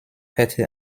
hätte